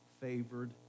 favored